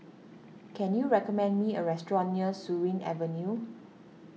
can you recommend me a restaurant near Surin Avenue